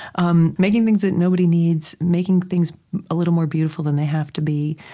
um making things that nobody needs, making things a little more beautiful than they have to be,